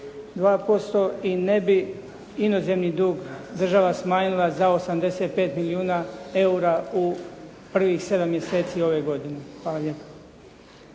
42,2% i ne bi inozemni dug država smanjila za 85 milijuna eura u prvih 7 mjeseci ove godine.